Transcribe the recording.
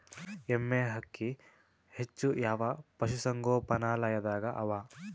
ಎಮ್ಮೆ ಅಕ್ಕಿ ಹೆಚ್ಚು ಯಾವ ಪಶುಸಂಗೋಪನಾಲಯದಾಗ ಅವಾ?